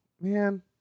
man